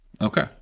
Okay